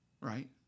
right